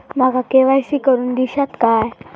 माका के.वाय.सी करून दिश्यात काय?